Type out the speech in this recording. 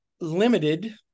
limited